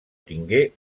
tingué